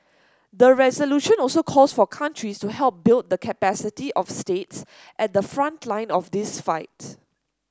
the resolution also calls for countries to help build the capacity of states at the front line of this fight